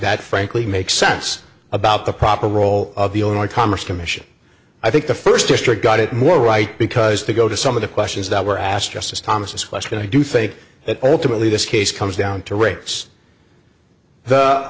that frankly makes sense about the proper role of the owner commerce commission i think the first district got it more right because they go to some of the questions that were asked justice thomas question i do think that ultimately this case comes down to rates the